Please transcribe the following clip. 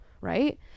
right